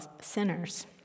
sinners